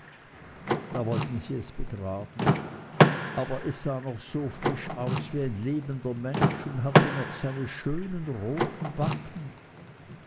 da wollten sie es begraben aber es sah noch so frisch aus wie ein lebender mensch und hatte noch seine schönen roten backen